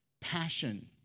passion